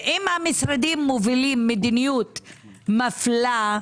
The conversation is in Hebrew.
ואם המשרדים מובילים מדיניות מפלה,